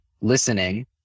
listening